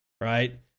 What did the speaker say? right